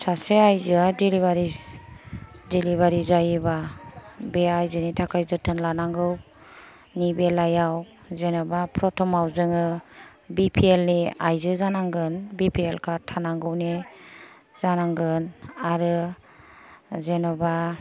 सासे आइजोया दिलिभारि दिलिभारि जायोबा बे आइजोनि थाखाय जोथोन लानांगौनि बेलायाव जेन'बा फ्रथमाव जोङो बिफिएलनि आइजो जानांगोन बिफिएल कार्द थानांगौनि जानांगोन आरो जेन'बा